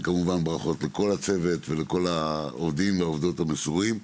זה כמובן ברכות לכל הצוות ולכל העובדים והעובדות המסורים.